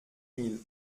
mille